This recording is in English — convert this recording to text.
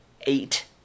eight